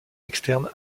externe